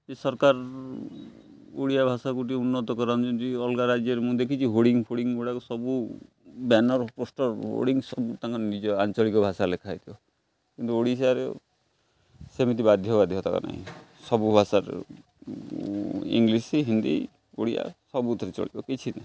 ଯେ ସରକାର ଓଡ଼ିଆ ଭାଷାକୁ ଟିକେ ଉନ୍ନତ କରନ୍ତି ଅଲଗା ରାଜ୍ୟରେ ମୁଁ ଦେଖିଛି ହୋଡ଼ିଙ୍ଗ ଫୋଡ଼ିଙ୍ଗ ଗୁଡ଼ାକ ସବୁ ବ୍ୟାନର୍ ପୋଷ୍ଟର ହୋଡ଼ିଙ୍ଗ ସବୁ ତାଙ୍କ ନିଜ ଆଞ୍ଚଳିକ ଭାଷା ଲେଖା ହେଇଥିବ କିନ୍ତୁ ଓଡ଼ିଶାରେ ସେମିତି ବାଧ୍ୟ ବାଧ୍ୟତାକ ନାହିଁ ସବୁ ଭାଷାରେ ଇଂଲିଶ ହିନ୍ଦୀ ଓଡ଼ିଆ ସବୁଥିରେ ଚଳିବ କିଛି ନାହିଁ